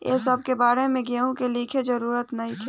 ए सब के बारे में केहू के लिखे के जरूरत नइखे